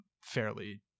fairly